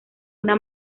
una